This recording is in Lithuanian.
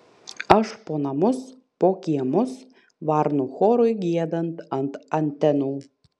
aš po namus po kiemus varnų chorui giedant ant antenų